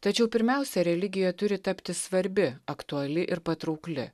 tačiau pirmiausia religija turi tapti svarbi aktuali ir patraukli